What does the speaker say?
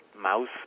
mouse